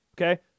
Okay